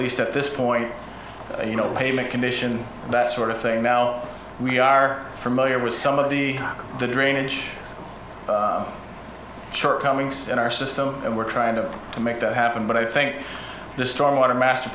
least at this point you know payment commission that sort of thing now we are familiar with some of the drainage shortcomings in our system and we're trying to to make that happen but i think the storm water master